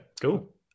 cool